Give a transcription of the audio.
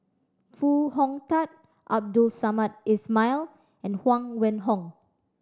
Foo Hong Tatt Abdul Samad Ismail and Huang Wenhong